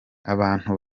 abantu